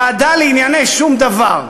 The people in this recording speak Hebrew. ועדה לענייני שום דבר.